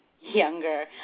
younger